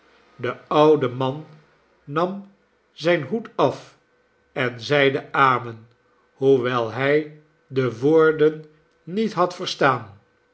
de oude man nam zijn hoed af en zeide amen hoewel hij de woorden niet had verstaan